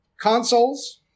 consoles